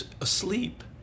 asleep